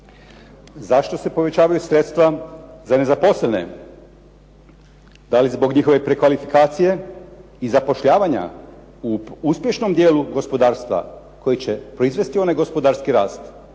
Zašto se povećavaju sredstva za nezaposlene? Da li zbog njihove prekvalifikacije i zapošljavanja u uspješnom dijelu gospodarstva koji će proizvesti onaj gospodarski rast